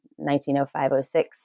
1905-06